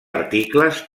articles